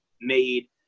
made